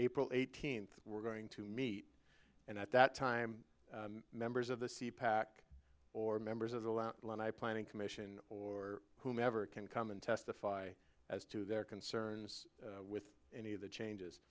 april eighteenth we're going to meet and at that time members of the pack or members of the planning commission or whomever can come and testify as to their concerns with any of the changes